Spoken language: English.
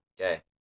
Okay